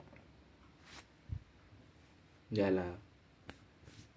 ya lah